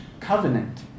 covenant